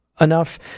enough